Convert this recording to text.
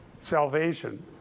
salvation